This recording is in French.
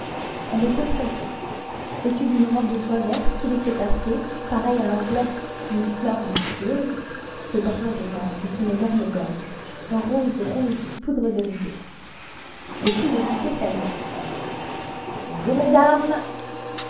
elle était très grosse vêtue d'une robe de soie verte qui laissait passer pareille à l'enveloppe d'une fleur monstrueuse ses bras énormes et son énorme gorge d'un rose rouge poudrederizé le sous-officier salua bonjour mesdames